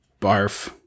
barf